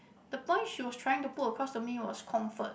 the point she was trying to put across to me was comfort